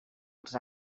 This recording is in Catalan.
els